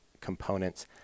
components